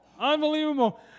Unbelievable